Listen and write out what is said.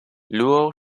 luo